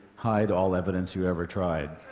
hide all evidence you ever tried.